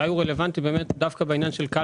רלוונטי דווקא בעניין של כאל